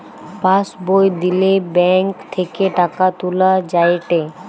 pass বই দিলে bank থেকে টাকা তুলা যায়েটে